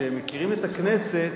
כשמכירים את הכנסת